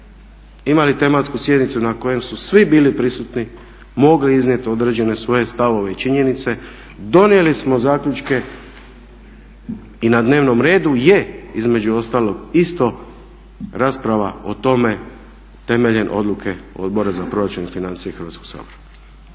imali tematsku sjednicu na kojem su svi bili prisutni mogli iznijeti određene svoje stavove i činjenice, donijeli smo zaključke i na dnevnom redu je između ostalog isto rasprava o tome temeljem odluke Odbora za proračun i financije Hrvatskog sabora.